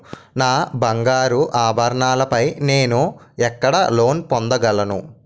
నా బంగారు ఆభరణాలపై నేను ఎక్కడ లోన్ పొందగలను?